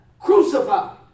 Crucified